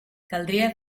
caldria